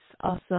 awesome